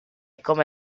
come